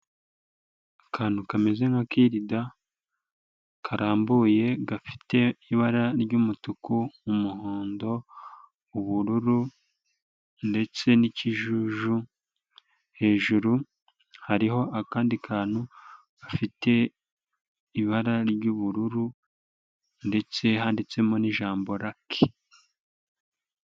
Akantu kameze nka kirida karambuye gafite ibara ry'umutuku, umuhondo, ubururu ndetse n'ikijuju, hejuru hariho akandi kantu gafite ibara ry'ubururu ndetse handitsemo n'ijambo raki.